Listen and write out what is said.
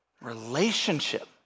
Relationship